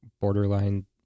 Borderline